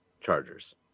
chargers